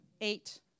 eight